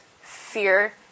fear